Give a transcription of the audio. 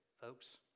folks